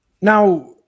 Now